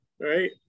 right